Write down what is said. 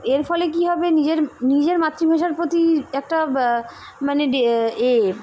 এর ফলে কী হবে নিজের নিজের মাতৃভাষার প্রতি একটা মানে এ